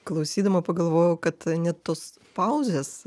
klausydama pagalvojau kad net tos pauzės